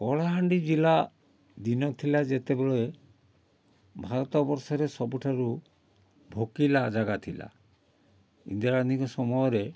କଳାହାଣ୍ଡି ଜିଲ୍ଲା ଦିନ ଥିଲା ଯେତେବେଳେ ଭାରତ ବର୍ଷରେ ସବୁଠାରୁ ଭୋକିଲା ଯାଗା ଥିଲା ଇନ୍ଦିରାଗାନ୍ଧୀଙ୍କ ସମୟରେ